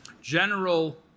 general